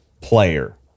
player